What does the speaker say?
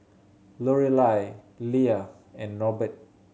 Lorelai Leah and Norbert